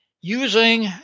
using